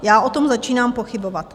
Já o tom začínám pochybovat.